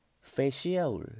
facial